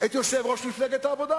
את יושב-ראש מפלגת העבודה.